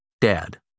Dad